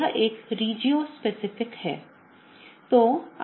यह एक regiospecific reaction है